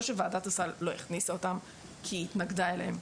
שוועדת הסל לא הכניסה אותן כי היא התנגדה אליהן,